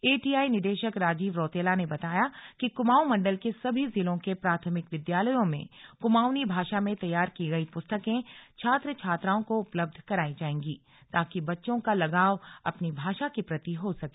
ATI निदेशक राजीव रौतेला ने बताया कि क्माऊं मण्डल के सभी जिलों के प्राथमिक विद्यालयों में कुमाऊंनी भाषा में तैयार की गई पुस्तकें छात्र छात्राओं को उपलब्ध कराई जाएंगी ताकि बच्चो का लगाव अपनी भाषा के प्रति हो सके